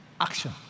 action